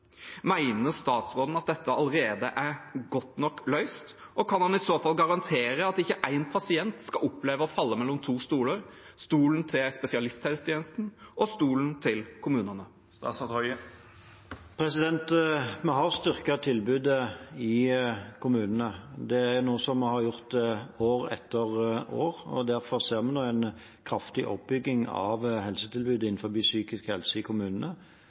statsråden at dette allerede er godt nok løst, og kan han i så fall garantere at ikke én pasient skal oppleve å falle mellom to stoler – stolen til spesialisthelsetjenesten og stolen til kommunene? Vi har styrket tilbudet i kommunene. Det er noe som vi har gjort år etter år, og derfor ser vi nå en kraftig oppbygging av helsetilbudet innenfor psykisk helse i kommunene,